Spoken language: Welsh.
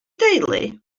deulu